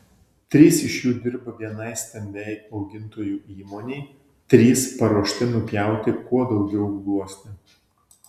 trys iš jų dirba vienai stambiai augintojų įmonei trys paruošti nupjauti kuo daugiau gluosnių